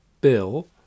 bill